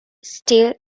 still